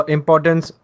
Importance